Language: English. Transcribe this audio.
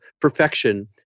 perfection